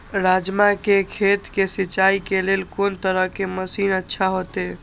राजमा के खेत के सिंचाई के लेल कोन तरह के मशीन अच्छा होते?